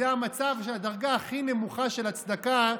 זו הדרגה הכי נמוכה של הצדקה,